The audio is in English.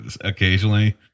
occasionally